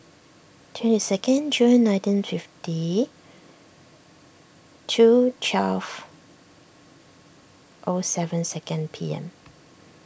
twenty second Jun nineteen fifty two twelve O seven second P M